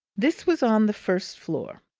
this was on the first floor.